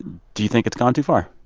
do you think it's gone too far,